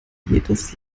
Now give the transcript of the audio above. jedes